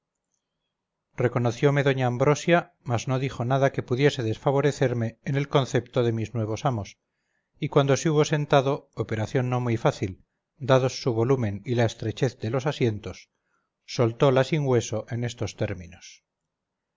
amistad reconociome doña ambrosia mas no dijo nadaque pudiese desfavorecerme en el concepto de mis nuevos amos y cuando se hubo sentado operación no muy fácil dados su volumen y la estrechez de los asientos soltó la sin hueso en estos términos